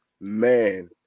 Man